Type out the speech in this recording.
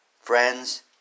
Friends